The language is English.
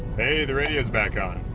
hey, the radio's back on!